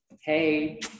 hey